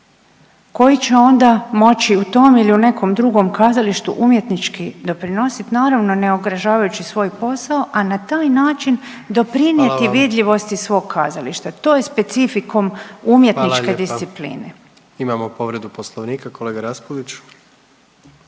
koji će onda moći u tom ili u nekom drugom kazalištu umjetnički doprinositi, naravno, ne ugrožavajući svoj posao, a na taj način doprinijeti .../Upadica: Hvala vam./... vidljivost svog kazališta. To je specifikum umjetničke discipline. **Jandroković, Gordan